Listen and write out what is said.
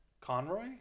Conroy